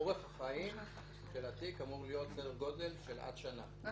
אורך החיים של התיק אמור להיות סדר גודל של עד שנה,